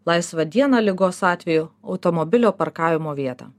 laisvą dieną ligos atveju automobilio parkavimo vietą